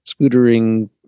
scootering